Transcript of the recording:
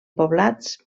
poblats